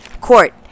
Court